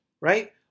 right